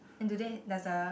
and today there's a